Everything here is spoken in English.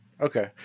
Okay